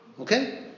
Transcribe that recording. Okay